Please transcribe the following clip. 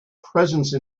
presence